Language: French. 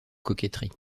coquetterie